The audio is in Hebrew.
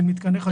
של מתקני חשמל.